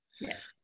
Yes